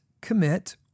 commit